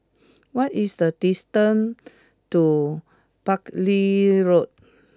what is the distance to Buckley Road